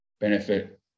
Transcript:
benefit